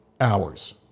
hours